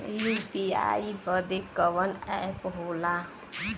UPI बदे कवन app होला?